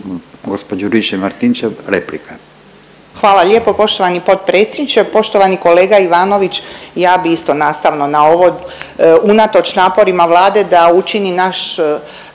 **Juričev-Martinčev, Branka (HDZ)** Hvala lijepo poštovani potpredsjedniče, poštovani kolega Ivanović, ja bih isto nastavno na ovo, unatoč naporima Vlade da učini naš